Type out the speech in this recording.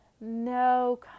no